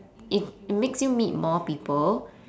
it it makes you meet more people